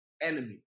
enemy